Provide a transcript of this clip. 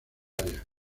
área